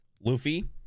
Luffy